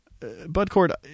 Budcord